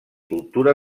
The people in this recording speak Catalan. cultura